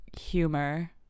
humor